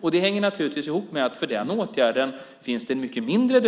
Detta hänger naturligtvis ihop med att dödviktskostnaden för den åtgärden är mycket mindre.